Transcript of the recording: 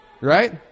right